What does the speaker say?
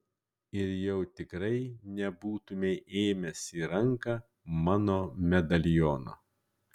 ir jau tikrai nebūtumei ėmęs į ranką mano medaliono